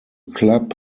club